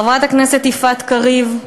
חברת הכנסת יפעת קריב,